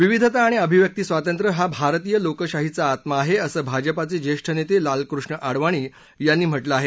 विविधता अणि अभिव्यक्ती स्वातंत्र्य हा भारतीय लोकशाहीचा आत्मा आहे असं भाजपाचे ज्येष्ठ नेते लालकृष्ण आडवानी यांनी म्हटलं आहे